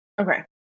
Okay